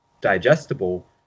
digestible